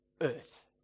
Earth